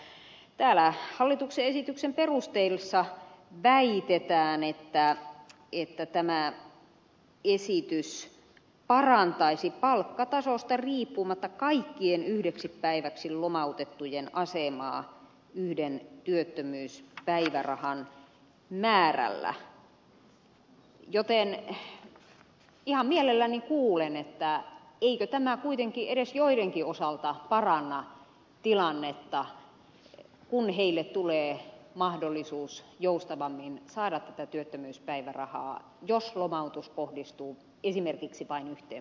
täällä hallituksen esityksen perusteluissa väitetään että tämä esitys parantaisi palkkatasosta riippumatta kaikkien yhdeksi päiväksi lomautettujen asemaa yhden työttömyyspäivärahan määrällä joten ihan mielelläni kuulen eikö tämä kuitenkin edes joidenkin osalta paranna tilannetta kun heille tulee mahdollisuus joustavammin saada tätä työttömyyspäivärahaa jos lomautus kohdistuu esimerkiksi vain yhteen